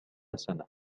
سنة